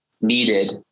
needed